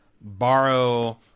borrow